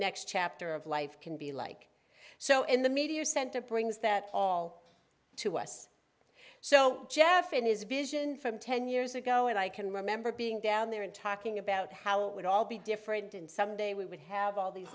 next chapter of life can be like so in the media center brings that all to us so jeff in his vision from ten years ago and i can remember being down there and talking about how it would all be different in someday we would have all the